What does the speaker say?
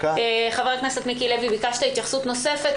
חבר הכנסת מיקי לוי, ביקשת התייחסות נוספת.